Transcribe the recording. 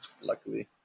luckily